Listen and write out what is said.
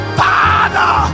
father